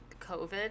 covid